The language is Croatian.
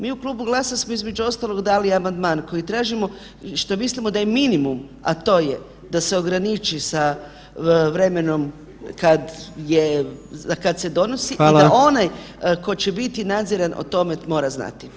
Mi u Klubu GLAS-a smo između ostalog dali amandman kojim tražimo što mislimo da je minimum, a to je da se ograniči sa vremenom kad je, kad se donosi [[Upadica: Hvala]] i da onaj ko će biti nadziran o tome mora znati [[Upadica: Hvala vam]] Hvala.